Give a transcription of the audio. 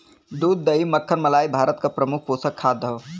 दूध दही मक्खन मलाई भारत क प्रमुख पोषक खाद्य हौ